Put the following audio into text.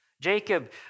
Jacob